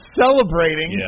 celebrating